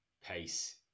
pace